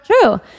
True